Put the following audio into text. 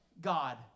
God